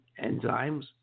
enzymes